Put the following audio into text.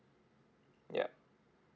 yup